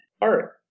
art